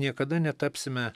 niekada netapsime